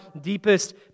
deepest